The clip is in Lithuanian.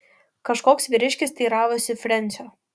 kažkoks vyriškis teiravosi frensio